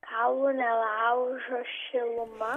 kaulų nelaužo šiluma